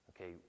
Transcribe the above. okay